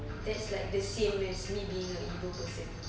that's like the same as me being a evil person